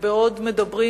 בעוד מדברים,